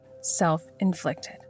self-inflicted